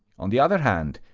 on the other hand,